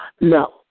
No